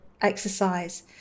exercise